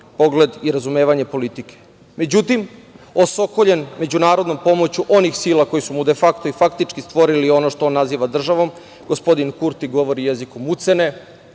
pogled i razumevanje politike.Međutim, osokoljen međunarodnom pomoću onih sila koji su mu de fakto i faktički stvorili ono što on naziva državom gospodin Kurti govori jezikom ucene,